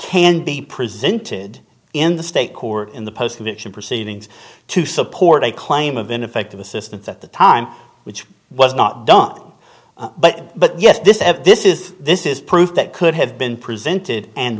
can be presented in the state court in the postcondition proceedings to support a claim of ineffective assistance at the time which was not done but but yes this f this is this is proof that could have been presented and